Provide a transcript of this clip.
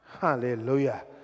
Hallelujah